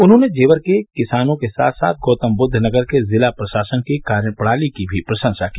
उन्होंने जेवर के किसानों के साथ साथ गौतमबुद्व नगर के जिला प्रशासन की कार्यप्रणाली की भी प्रशंसा की